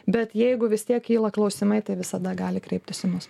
bet jeigu vis tiek kyla klausimai tai visada gali kreiptis į mus